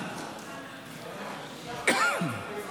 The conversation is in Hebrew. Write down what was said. החוק